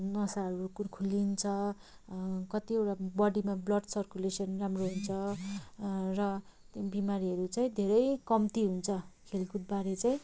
नसाहरूको खुलिन्छ कतिवटा बडीमा बल्ड सर्कुलेसन राम्रो हुन्छ र बिमारीहरू चाहिँ धेरै कम्ती हुन्छ खेलकुदबारे चाहिँ